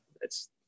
thats